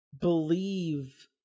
believe